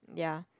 ya